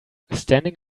standing